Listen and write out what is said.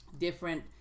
different